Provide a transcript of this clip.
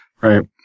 Right